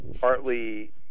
partly